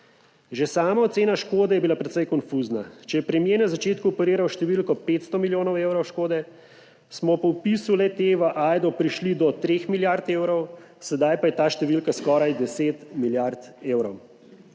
Že sama ocena škode je bila precej konfuzna. Če je premier na začetku operiral s številko 500 milijonov evrov škode, smo po vpisu le-te v Ajdo prišli do 3 milijard evrov, sedaj pa je ta številka skoraj 10 milijard evrov.